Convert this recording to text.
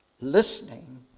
listening